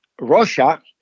Russia